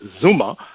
Zuma